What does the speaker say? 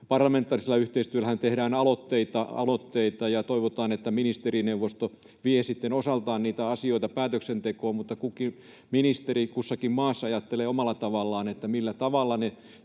parlamentaarisella yhteistyöllähän tehdään aloitteita, ja toivotaan, että ministerineuvosto sitten vie osaltaan niitä asioita päätöksentekoon, mutta kukin ministeri kussakin maassa ajattelee omalla tavallaan, millä tavalla ne